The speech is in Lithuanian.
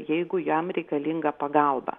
jeigu jam reikalinga pagalba